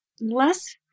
less